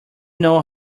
know